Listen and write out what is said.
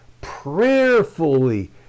Prayerfully